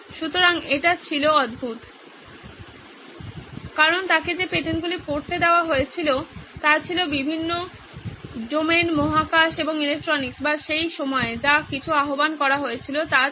সুতরাং এটা অদ্ভুত ছিল কারণ তাকে যে পেটেন্টগুলি পড়তে দেওয়া হয়েছিল তা ছিল বিভিন্ন ডোমেন মহাকাশ এবং ইলেকট্রনিক্স বা সেই সময়ে যা কিছু আহ্বান করা হয়েছিল তা থেকে